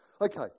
Okay